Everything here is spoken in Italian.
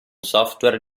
software